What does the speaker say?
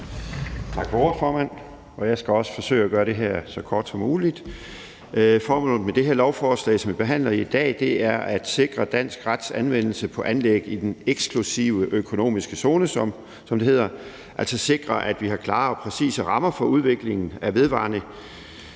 Tak for ordet, formand. Jeg skal også forsøge at gøre det her så kort som muligt. Formålet med det her lovforslag, som vi behandler i dag, er at sikre dansk rets anvendelse på anlæg i den eksklusive økonomiske zone, som det hedder – altså sikre, at vi har klare og præcise rammer for udviklingen af vedvarende